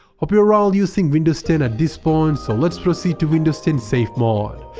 hope you are all using windows ten at this point so let's proceed to windows ten safe mode.